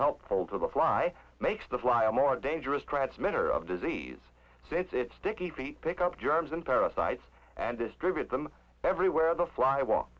helpful to the fly makes the fly a more dangerous transmitter of disease since it sticky feet pick up germs and parasites and distribute them everywhere the fly wa